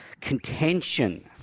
contention